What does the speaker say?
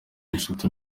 inshuti